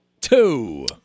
Two